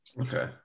Okay